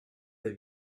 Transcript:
the